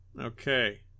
Okay